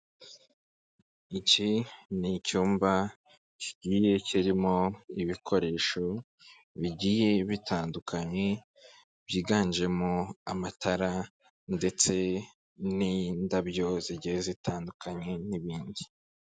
Iki ni icyumba kigiye kirimo ibikoresho bigiye bitandukanye, byiganjemo amatara ndetse n'indabyo zigiye zitandukanye n'ibindi.